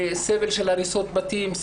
סבל בשל הריסות בתים,